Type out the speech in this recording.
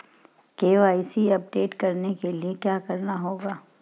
KYC update करने के लिए क्या करना होगा?